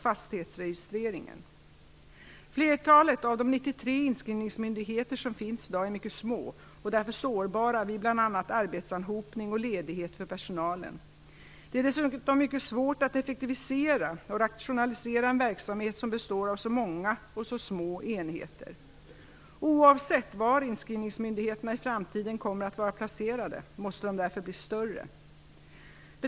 Flertalet av de 93 inskrivningsmyndigheter som finns i dag är mycket små och därför sårbara vid bl.a. arbetsanhopning och ledighet för personalen. Det är dessutom mycket svårt att effektivisera och rationalisera en verksamhet som består av så många och så små enheter. Oavsett var inskrivningsmyndigheterna i framtiden kommer att vara placerade måste de därför bli större.